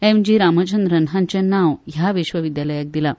एमजी रामचंद्रन हांचे नांव ह्या विश्वविद्यालयाक दिलां